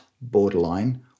borderline